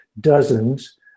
dozens